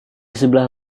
sebelah